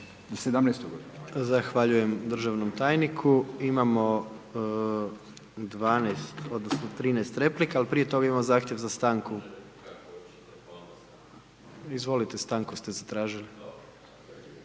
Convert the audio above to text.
Zahvaljujem državnim tajniku. Imamo 12 odnosno 13 replika ali prije toga imamo zahtjev za stankom. Izvolite, stanku ste zatražili.